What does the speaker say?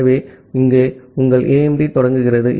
ஆகவே இங்கே உங்கள் AIMD தொடங்குகிறது